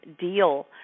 deal